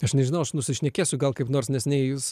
aš nežinau aš nusišnekėsiu gal kaip nors nes nei jūs